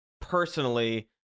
personally